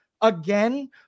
again